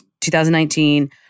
2019